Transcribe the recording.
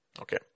Okay